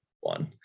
one